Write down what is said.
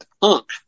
punk